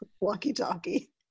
walkie-talkie